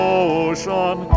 ocean